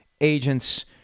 agents